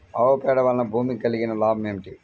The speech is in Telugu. ఆవు పేడ వలన భూమికి కలిగిన లాభం ఏమిటి?